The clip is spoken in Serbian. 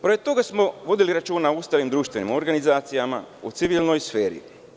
Pored ovoga, vodili smo računa i o ustavnim društvenim organizacijama u civilnoj sferi.